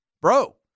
bro